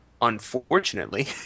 Unfortunately